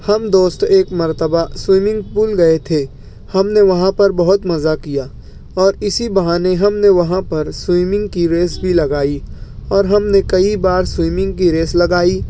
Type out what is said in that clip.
ہم دوست ایک مرتبہ سوئمنگ پول گئے تھے ہم نے وہاں پر بہت مزہ کیا اور اسی بہانے ہم نے وہاں پر سوئمنگ کی ریس بھی لگائی اور ہم نے کئی بار سوئمنگ کی ریس لگائی